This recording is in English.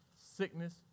sickness